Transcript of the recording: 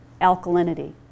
alkalinity